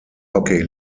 hockey